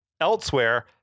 elsewhere